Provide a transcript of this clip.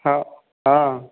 हाँ हाँ